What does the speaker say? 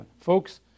Folks